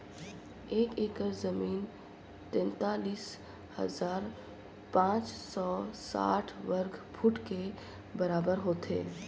एक एकड़ जमीन तैंतालीस हजार पांच सौ साठ वर्ग फुट के बराबर होथे